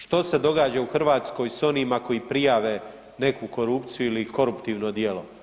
Što se događa u Hrvatskoj s onima koji prijave neku korupciju ili koruptivno djelo?